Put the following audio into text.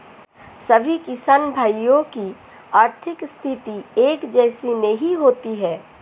सभी किसान भाइयों की आर्थिक स्थिति एक जैसी नहीं होती है